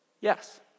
yes